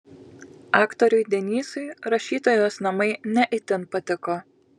aktoriui denysui rašytojos namai ne itin patiko